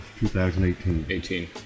2018